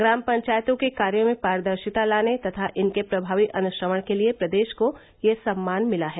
ग्राम पंचायतों के कार्यों में पारदर्शिता लाने तथा इनके प्रभावी अनुश्रवण के लिए प्रदेश को यह सम्मान मिला है